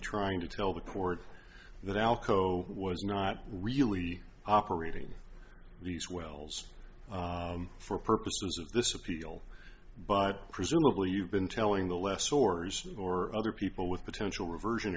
trying to tell the court that alco was not really operating these wells for purposes of this appeal but presumably you've been telling the left sources or other people with potential reversion